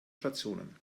stationen